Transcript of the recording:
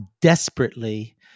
desperately